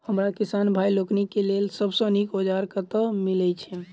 हमरा किसान भाई लोकनि केँ लेल सबसँ नीक औजार कतह मिलै छै?